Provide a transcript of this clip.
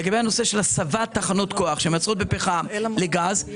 לגבי הנושא של הסבת תחנות כוח שמייצרות מפחם לגז,